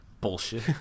Bullshit